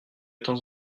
temps